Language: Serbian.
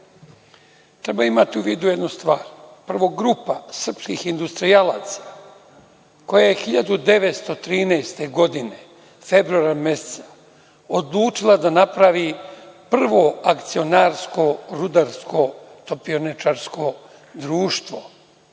imati u vidu jednu stvar, prvo, grupa srpskih industrijalaca koja je 1913. godine, februara meseca, odlučila da napravi prvo akcionarsko rudarsko topioničarsko društvo,